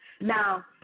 Now